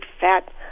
fat